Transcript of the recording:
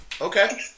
Okay